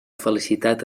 felicitat